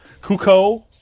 Kuko